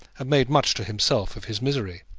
and made much to himself of his misery.